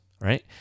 right